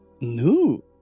new